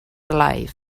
alive